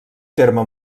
terme